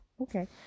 Okay